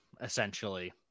essentially